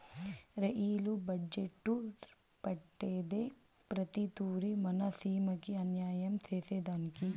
rail budget పెట్టేదే ప్రతి తూరి మన సీమకి అన్యాయం సేసెదానికి